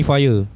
Fire